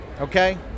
Okay